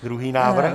Druhý návrh.